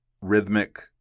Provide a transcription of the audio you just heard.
rhythmic